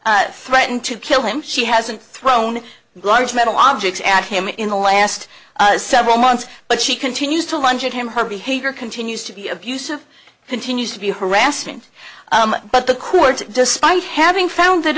hasn't threatened to kill him she hasn't thrown large metal objects at him in the last several months but she continues to lunge at him her behavior continues to be abusive continues to be harassment but the courts despite having found that